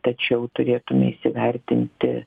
tačiau turėtume įsivertinti